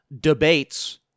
debates